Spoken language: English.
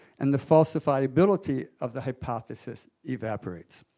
and the falsifiability of the hypothesis evaporates.